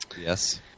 Yes